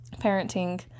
parenting